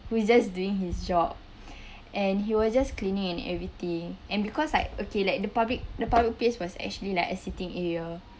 who is just doing his job and he was just cleaning and everything and because like okay like the public the public place was actually like a seating area